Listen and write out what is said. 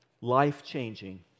life-changing